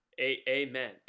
amen